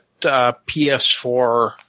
PS4